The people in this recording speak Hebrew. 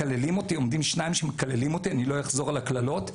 עומדים שניים ומקללים אותי אני לא אחזור על הקללות.